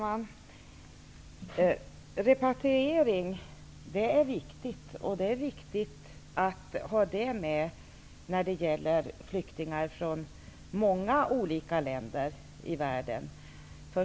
Fru talman! Repatriering är det viktigt att ha med när det gäller flyktingar från många olika länder i världen.